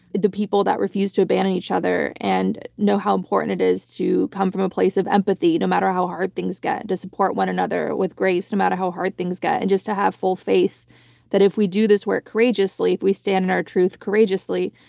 the people that refuse to abandon each other and know how important it is to come from a place of empathy, no matter how hard things get to support one another with grace, no matter how hard things get, and just to have full faith that if we do this work courageously, if we stand in our truth courageously,